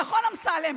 נכון, אמסלם?